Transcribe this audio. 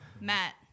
Matt